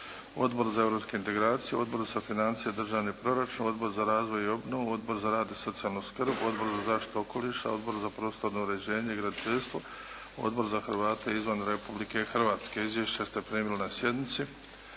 Odbor za europske integracije, Odbor za financije i državni proračun, Odbor za razvoj i obnovu, Odbor za rad i socijalnu skrb, Odbor za zaštitu okoliša, Odbor za prostorno uređenje i graditeljstvo, Odbor za Hrvate izvan Republike Hrvatske. Izvješća ste primili na sjednici.